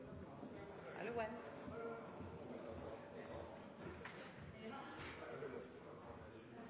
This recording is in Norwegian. la i